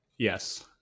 Yes